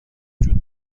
وجود